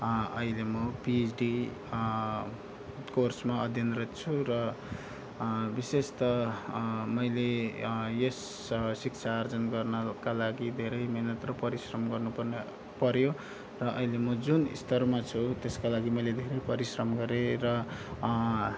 अहिले म पिएचडी कोर्समा अध्ययनरत छु र विशेष त मैले यस शिक्षा आर्जन गर्नका लागि धेरै मिहिनेत र परिश्रम गर्नुपर्ने पर्यो र अहिले म जुन स्तरमा छु त्यसका लागि मैले धेरै परिश्रम गरेँ र